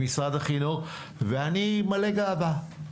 ואני מלא גאווה,